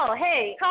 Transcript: Hey